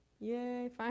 Yay